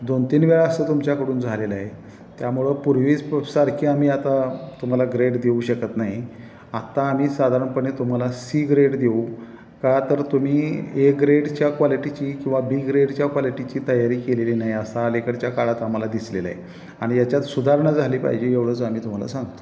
दोन तीन वेळा असं तुमच्याकडून झालेलं आहे त्यामुळं पूर्वीसारखी आम्ही आता तुम्हाला ग्रेड देऊ शकत नाही आत्ता आम्ही साधारणपणे तुम्हाला सी ग्रेड देऊ का तर तुम्ही ए ग्रेडच्या क्वालिटीची किंवा बी ग्रेडच्या क्वालिटीची तयारी केलेली नाही असं अलिकडच्या काळात आम्हाला दिसलेलं आहे आणि याच्यात सुधारणा झाली पाहिजे एवढं आम्ही तुम्हाला सांगतो